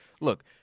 look